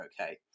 okay